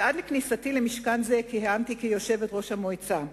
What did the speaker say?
ועד לכניסתי למשכן זה כיהנתי כיושבת-ראש מועצה זו,